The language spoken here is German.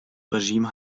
regime